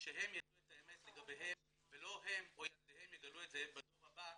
שהם ידעו את האמת עליהם ולא הם או ילדיהם יגלו את זה בדור הבא,